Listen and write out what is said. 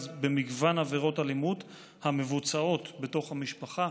במגוון עבירות אלימות המבוצעות בתוך המשפחה.